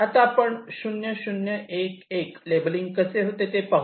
आता आपण 0 0 1 1 लेबलिंग कसे होते ते पाहू